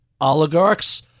oligarchs